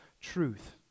truth